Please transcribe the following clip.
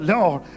Lord